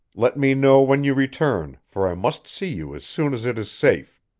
let me know when you return, for i must see you as soon as it is safe.